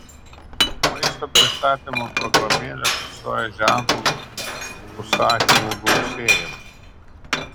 maisto pristatymo programėlė fiksuoja ženklų užsakymų gausėjimą